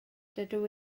dydw